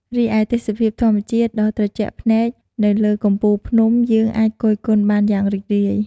រីឯទេសភាពធម្មជាតិដ៏ត្រជាក់ភ្នែកនៅលើកំពូលភ្នំយើងអាចគយគន់បានយ៉ាងរីករាយ ។